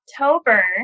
October